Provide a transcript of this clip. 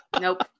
Nope